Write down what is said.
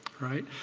right?